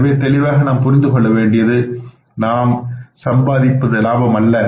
எனவே தெளிவாக நாம் புரிந்து கொள்ள வேண்டியது நாம் சம்பாதிப்பது லாபம் அல்ல